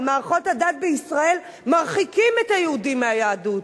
מערכות הדת בישראל מרחיקים את היהודים מהיהדות,